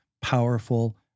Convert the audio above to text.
powerful